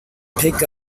pick